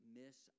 miss